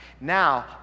Now